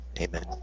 Amen